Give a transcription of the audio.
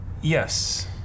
Yes